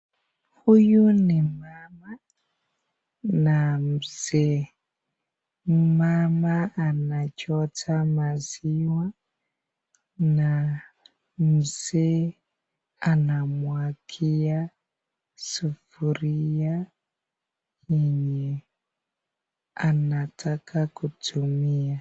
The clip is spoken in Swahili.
Huyu ni mama na mzee, mmama anachota maziwa na mzee anamwagia sufuria yenye anataka kutumia.